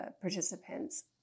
participants